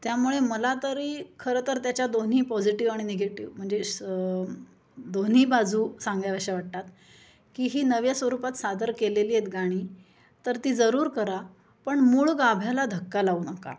त्यामुळे मला तरी खरं तर त्याच्या दोन्ही पॉझिटिव आणि निगेटिव म्हणजे असं दोन्ही बाजू सांगाव्याशा वाटतात की ही नव्या स्वरूपात सादर केलेली आहेत गाणी तर ती जरूर करा पण मूळ गाभ्याला धक्का लावू नका